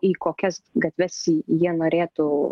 į kokias gatves jie norėtų